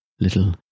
little